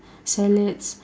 salads